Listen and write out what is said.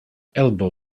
elbow